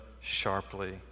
sharply